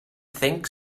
think